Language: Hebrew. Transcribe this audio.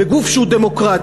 בגוף שהוא דמוקרטי,